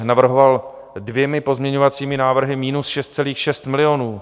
Navrhoval dvěma pozměňovacími návrhy minus 6,6 milionu.